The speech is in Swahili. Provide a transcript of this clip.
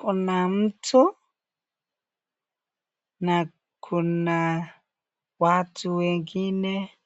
Kuna mtu na kuna watu wengine